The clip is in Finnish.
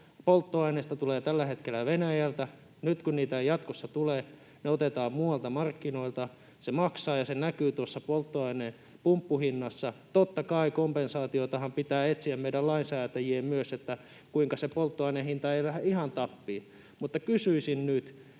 polttoaineista tulee tällä hetkellä Venäjältä. Nyt kun niitä ei jatkossa tule, ne otetaan muualta markkinoilta, ja se maksaa ja se näkyy tuossa polttoaineen pumppuhinnassa. Totta kai, kompensaatiotahan pitää etsiä meidän lainsäätäjien myös, että se polttoaineen hinta ei lähde ihan tappiin, mutta kysyisin nyt,